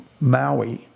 Maui